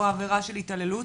או עבירה של התעללות,